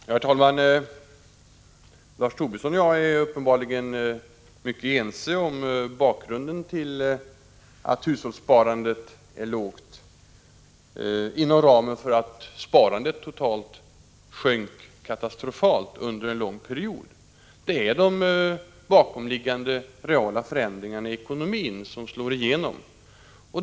Herr talman! Lars Tobisson och jag är uppenbarligen ense om bakgrunden till att hushållssparandet är lågt inom ramen för att sparandet totalt sjönk katastrofalt under en lång period. Det är de bakomliggande reala förändringarna i ekonomin som slår igenom.